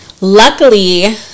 luckily